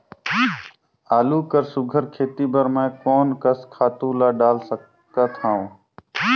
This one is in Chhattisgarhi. आलू कर सुघ्घर खेती बर मैं कोन कस खातु ला डाल सकत हाव?